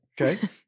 Okay